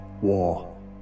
War